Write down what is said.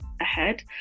ahead